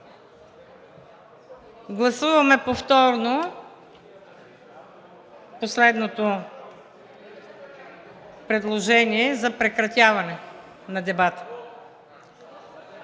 Гласуваме повторно последното предложение за прекратяване на дебатите.